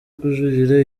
kujuririra